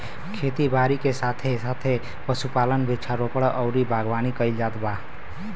खेती बारी के साथे साथे पशुपालन, वृक्षारोपण अउरी बागवानी कईल जात बा